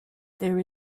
there